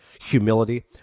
humility